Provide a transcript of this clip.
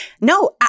no